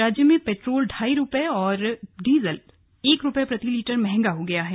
राज्य में पेट्रोल ढाई रुपए और डीजल एक रुपए प्रति लीटर महंगा हो गया है